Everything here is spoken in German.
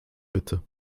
bitte